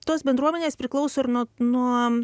tos bendruomenės priklauso ir nuo nuo